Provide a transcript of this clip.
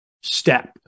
step